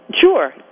Sure